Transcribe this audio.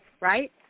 right